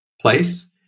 place